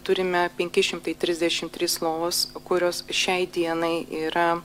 turime penki šimtai trisdešimt tris lovas kurios šiai dienai yra